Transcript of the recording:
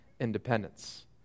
independence